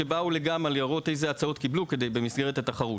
שבאו לגמא כדי להראות אילו הצעות הם קיבלו במסגרת התחרות.